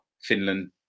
Finland